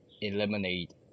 eliminate